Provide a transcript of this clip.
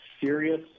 serious